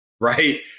right